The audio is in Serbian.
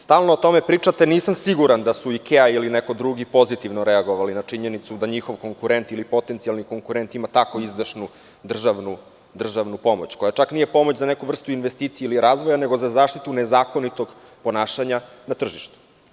Stalno o tome pričate, ali nisam siguran da su „Ikea“ ili neko drugi pozitivno reagovali na činjenicu da njihov konkurent ili potencijalni konkurent ima tako izdašnu državnu pomoć, koja čak nije pomoć za neku vrstu investicije ili razvoja, nego za zaštitu nezakonitog ponašanja na tržištu.